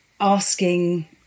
asking